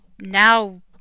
now